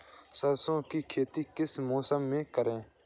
सरसों की खेती किस मौसम में करें?